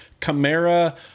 Camara